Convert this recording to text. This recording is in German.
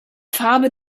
farbe